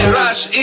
rush